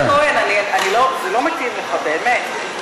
חבר הכנסת כהן, זה לא מתאים לך, באמת.